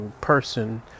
person